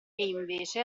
invece